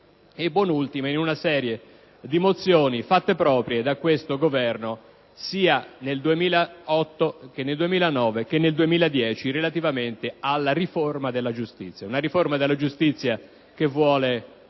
e, buone ultime, in una serie di mozioni fatte proprie da questo Governo nel 2008, nel 2009 e nel 2010 relativamente alla riforma della giustizia: una riforma della giustizia che vuole